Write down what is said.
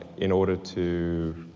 in order to